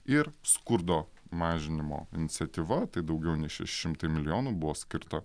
ir skurdo mažinimo iniciatyva tai daugiau nei šeši šimtai milijonų buvo skirta